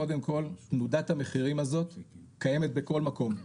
קודם כל תנודת המחירים הזאת קיימת בכל מקום.